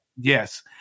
Yes